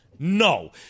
No